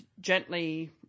gently